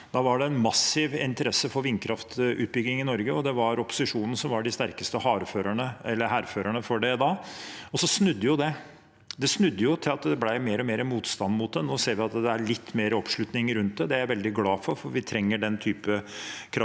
Da var det massiv interesse for vindkraftutbygging i Norge, og det var opposisjonen som var de sterkeste hærførerne for det da. Så snudde det til at det ble mer og mer motstand mot det. Nå ser vi at det er litt mer oppslutning rundt det – det er jeg veldig glad for, for vi trenger den type kraft